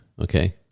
Okay